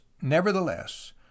nevertheless